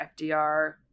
FDR